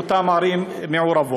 באותן ערים מעורבות.